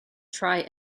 try